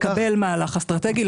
לקבל מהלך אסטרטגי.